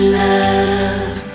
love